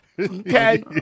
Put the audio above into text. Okay